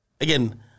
Again